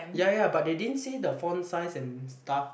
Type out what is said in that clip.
ya ya but they didn't say the font size and stuff